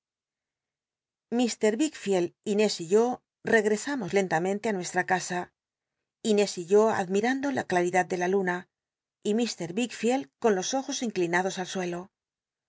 wickfield inés y yo regresamos lenlamen e á nueslj'l casa inés y yo adm itando la claridad de la luna y mr wickfield con los ojos inclinados al suelo